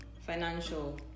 financial